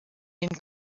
den